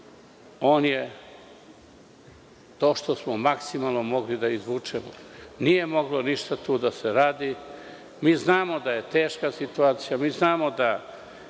on je to što smo maksimalno mogli da izvučemo. Nije moglo ništa tu da se radi. Mi znamo da je teška situacija. Znamo da